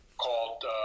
called